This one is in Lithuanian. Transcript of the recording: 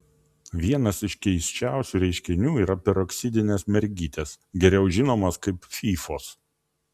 vienas iš keisčiausių reiškinių yra peroksidinės mergytės geriau žinomos kaip fyfos